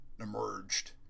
emerged